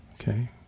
Okay